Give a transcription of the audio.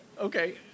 Okay